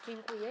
Dziękuję.